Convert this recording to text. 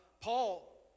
Paul